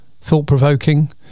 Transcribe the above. thought-provoking